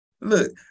Look